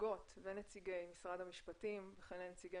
לנציגות ונציגי משרד המשפטים וכן לנציגי